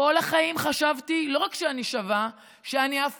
כל החיים חשבתי לא רק שאני שווה, שאני אף